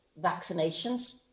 vaccinations